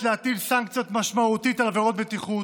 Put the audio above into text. להטיל סנקציות משמעותיות על עבירות בטיחות,